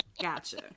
Gotcha